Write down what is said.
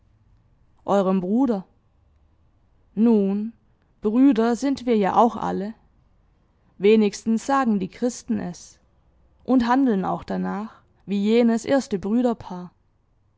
eurem bruder nun brüder sind wir ja auch alle wenigstens sagen die christen es und handeln auch danach wie jenes erste brüderpaar